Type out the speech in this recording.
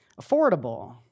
affordable